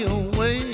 away